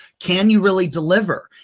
can you really deliver?